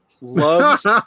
loves